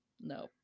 No